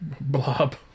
Blob